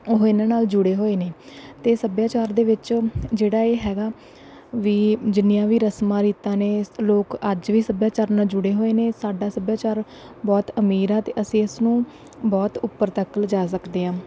ਉਹ ਇਹਨਾਂ ਨਾਲ ਜੁੜੇ ਹੋਏ ਨੇ ਅਤੇ ਸੱਭਿਆਚਾਰ ਦੇ ਵਿੱਚ ਜਿਹੜਾ ਇਹ ਹੈਗਾ ਵੀ ਜਿੰਨੀਆਂ ਵੀ ਰਸਮਾਂ ਰੀਤਾਂ ਨੇ ਲੋਕ ਅੱਜ ਵੀ ਸੱਭਿਆਚਾਰ ਨਾਲ ਜੁੜੇ ਹੋਏ ਨੇ ਸਾਡਾ ਸੱਭਿਆਚਾਰ ਬਹੁਤ ਅਮੀਰ ਆ ਅਤੇ ਅਸੀਂ ਇਸ ਨੂੰ ਬਹੁਤ ਉੱਪਰ ਤੱਕ ਲਿਜਾ ਸਕਦੇ ਹਾਂ